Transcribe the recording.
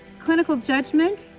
clinical judgment,